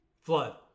Flood